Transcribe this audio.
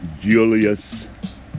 Julius